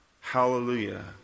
Hallelujah